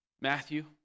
Matthew